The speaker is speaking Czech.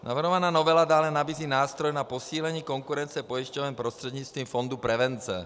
Navrhovaná novela dále nabízí nástroj na posílení konkurence pojišťoven prostřednictvím fondu prevence.